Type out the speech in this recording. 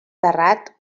terrat